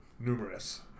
Numerous